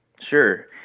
Sure